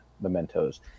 mementos